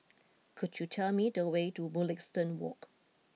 could you tell me the way to Mugliston Walk